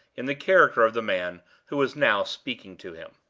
in the character of the man who was now speaking to him.